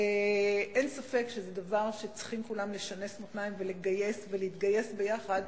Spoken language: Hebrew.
אין ספק שזה דבר שצריכים כולם לשנס מותניים ולגייס ולהתגייס ביחד,